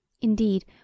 indeed